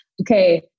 okay